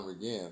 again